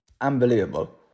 Unbelievable